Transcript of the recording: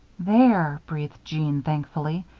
there! breathed jeanne, thankfully.